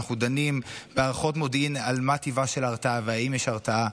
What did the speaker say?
ואנחנו דנים בהערכות מודיעין על מה טיבה של ההרתעה והאם יש הרתעה,